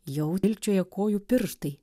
jau dilgčiojo kojų pirštai